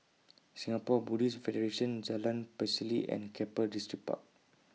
Singapore Buddhist Federation Jalan Pacheli and Keppel Distripark